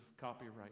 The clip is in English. copyright